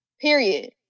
Period